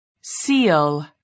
seal